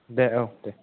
दे औ दे